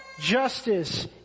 justice